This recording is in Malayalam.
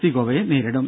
സി ഗോവയെ നേരിടും